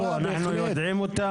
אנחנו יודעים אותה?